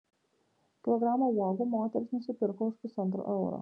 kilogramą uogų moteris nusipirko už pusantro euro